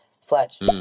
Fletch